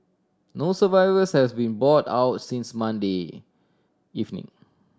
no survivors has been bought out since Monday evening